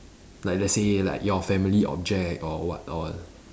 like let's say like your family object or what all